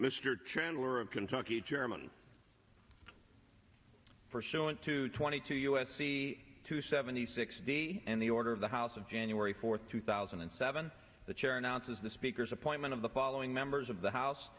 mr chandler of kentucky chairman for showing to twenty two u s c two seventy six and the order of the house of january fourth two thousand and seven the chair announces the speaker's appointment of the following members of the house